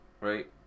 right